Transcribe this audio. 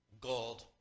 god